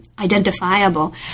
Identifiable